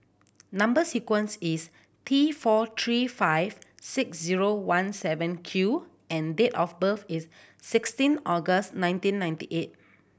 number sequence is T four three five six zero one seven Q and date of birth is sixteen August nineteen ninety eight